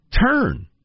turn